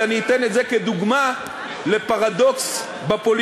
אני אתן את זה כדוגמה לפרדוקס בפוליטיקה.